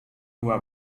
była